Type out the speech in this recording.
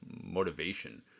motivation